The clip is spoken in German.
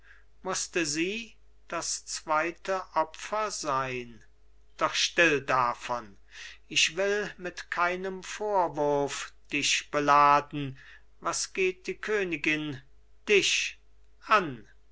mußte sie das zweite opfer sein doch still davon ich will mit keinem vorwurf dich beladen was geht die königin dich an